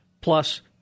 plus